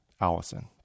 Allison